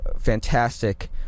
fantastic